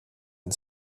and